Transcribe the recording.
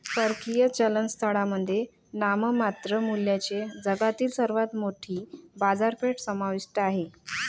परकीय चलन स्थळांमध्ये नाममात्र मूल्याने जगातील सर्वात मोठी बाजारपेठ समाविष्ट आहे